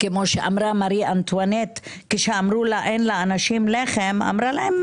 כפי שאמרה מרי אנטואנט כשאמרו לה: אין לאנשים לחם אמרה להם: